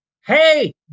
Hey